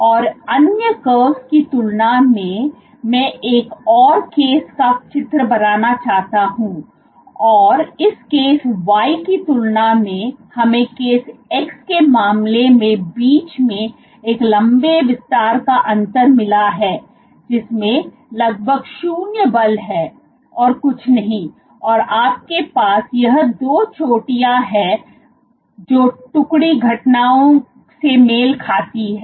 और अन्य curves की तुलना में मैं एक और केस का चित्र बनाना चाहता हूं और इस case Y की तुलना में हमें CASE X के मामले में बीच में एक लंबे विस्तार का अंतर मिला है जिसमें लगभग 0 बल है और कुछ नहीं और आपके पास यह दो चोटियां हैं जो टुकड़ी घटनाओं से मेल खाती है